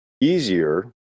easier